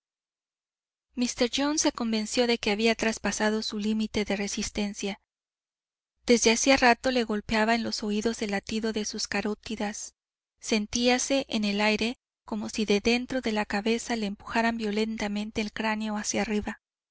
míster jones se convenció de que había traspasado su límite de resistencia desde hacía rato le golpeaba en los oídos el latido de las carótidas sentíase en el aire como si de dentro de la cabeza le empujaran violentamente el cráneo hacia arriba